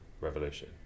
revolution